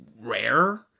rare